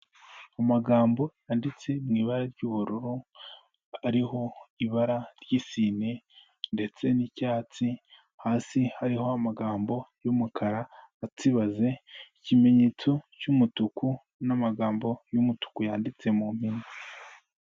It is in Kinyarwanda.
Amagambo yanditse mu ibara ry'ubururu, ariho ibara ry'isine, ndetse n'icyatsi, hasi hariho amagambo y'umukara atsibaze, ikimenyetso cy'umutuku, n'amagambo y'umutuku yanditse mu mpina.